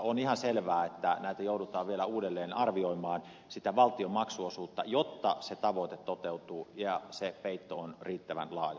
on ihan selvää että joudutaan vielä uudelleen arvioimaan sitä valtion maksuosuutta jotta se tavoite toteutuu ja se peitto on riittävän laaja